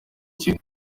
kigo